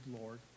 Lord